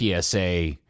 PSA